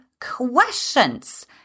questions